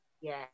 Yes